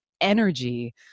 energy